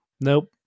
Nope